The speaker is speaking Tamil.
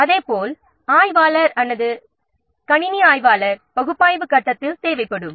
அதேபோல் ஆய்வாளர் அல்லது கணினி ஆய்வாளர் பகுப்பாய்வு கட்டத்தில் தேவைப்படுவர்